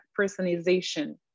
personalization